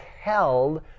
held